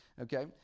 Okay